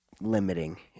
limiting